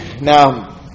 Now